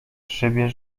szybie